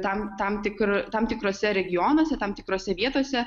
tam tam tikr tam tikruose regionuose tam tikrose vietose